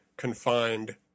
Confined